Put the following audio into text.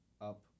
up